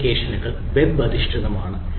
application web അധിഷ്ഠിതമാണ്